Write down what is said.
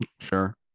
sure